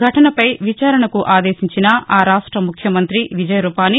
ఘటనపై విచారణకు ఆదేశించిన ఆ రాష్ట ముఖ్యమంతి విజయ్రూపాని